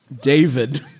David